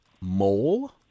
mole